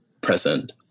present